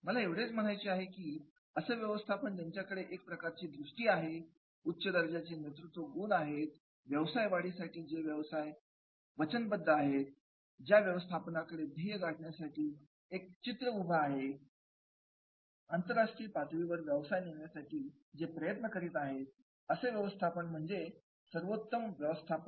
मला एवढेच म्हणायचे आहे की असं व्यवस्थापन ज्याच्याकडे एक प्रकारची दृष्टी आहे उच्च दर्जाचे नेतृत्व गुण आहेत व्यवसाय वाढवण्यासाठी जे व्यवस्थापन वचनबद्ध आहे ज्या व्यवस्थापनाकडे ध्येय गाठण्यासाठी एक चित्र उभ आहे आंतरराष्ट्रीय पातळीवर व्यवसाय नेण्यासाठी जे प्रयत्न करत आहेत असे व्यवस्थापन म्हणजे सर्वोत्तम व्यवस्थापन